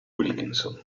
wilkinson